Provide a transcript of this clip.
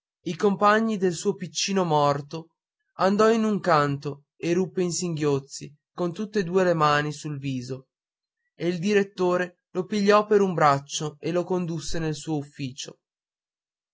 i compagni del suo piccino morto andò in un canto e ruppe in singhiozzi con tutt'e due le mani sul viso e il direttore lo pigliò per un braccio e lo condusse nel suo ufficio